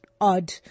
odd